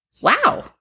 Wow